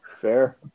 fair